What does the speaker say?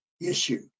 issue